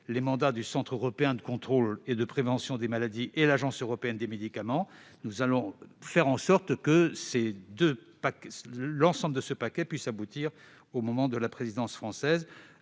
les mandats du Centre européen de contrôle et de prévention des maladies et l'Agence européenne des médicaments. Nous ferons en sorte que ce paquet aboutisse dans le cadre de la présidence française,